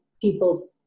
people's